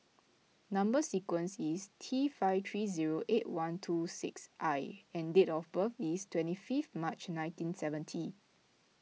Number Sequence is T five three zero eight one two six I and date of birth is twenty fifth March nineteen seventy